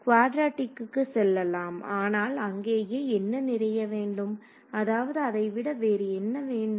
குவாட்ரெடிக்கு செல்லலாம் ஆனால் அங்கேயே என்ன நிறைய வேண்டும் அதாவது அதை விட வேறு என்ன வேண்டும்